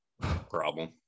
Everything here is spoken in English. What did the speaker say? Problem